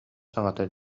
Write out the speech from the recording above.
саҥата